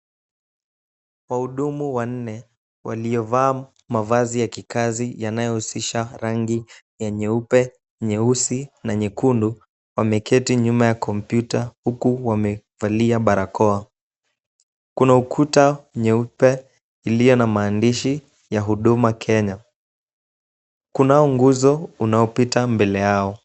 Wahudumu wanne waliovaa mavazi yakikazi yanayohusisha rangi ya nyeupe, nyeusi na nyekundu, wameketi nyuma ya kompyuta huku wamevalia barakoa. Kuna ukuta nyeupe iliyo na maandishi ya Huduma Kenya. Kunao nguzo unaopita mbele yao.